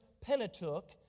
Pentateuch